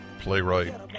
playwright